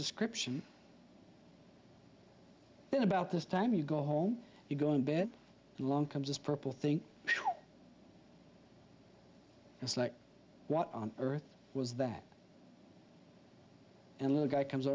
description then about this time you go home you go in bed long comes this purple think it's like what on earth was that and the guy comes